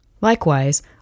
Likewise